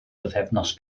bythefnos